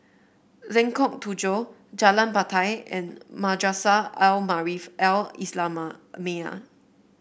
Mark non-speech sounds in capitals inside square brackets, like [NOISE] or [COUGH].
Lengkok Tujoh Jalan Batai and Madrasah Al Maarif Al Islamiah [UNINTELLIGIBLE]